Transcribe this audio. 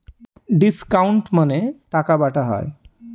discount মানে টাকা বাটা হয়